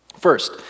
First